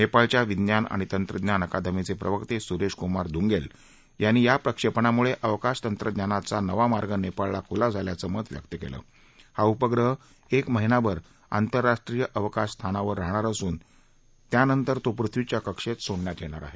नेपाळच्या विज्ञान आणि तंत्रज्ञान अकादमीचे प्रवक्ते सुरेशकुमार धुंगेल यांनी या प्रक्षेपणामुळे अवकाश तंत्रज्ञानांचा नवा मार्ग नेपाळला खुला झाल्याचं मत व्यक्त केलं हा उपग्रह एक महिनाभर आंतरराष्ट्रीय अवकाश स्थानकावर राहणार असून नंतर तो पृथ्वीच्या कक्षेत सोडण्यात येणार आहे